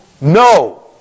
No